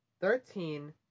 Thirteen